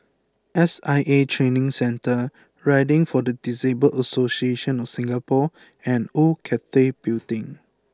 S I A Training Centre Riding for the Disabled Association of Singapore and Old Cathay Building